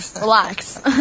Relax